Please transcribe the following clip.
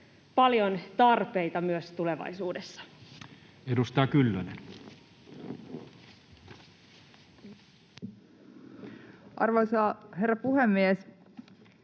paljon tarpeita myös tulevaisuudessa. Edustaja Kyllönen. Arvoisa herra puhemies!